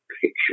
picture